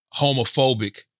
homophobic